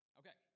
okay